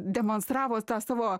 demonstravo tą savo